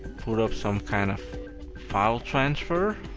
pull up some kind of file transfer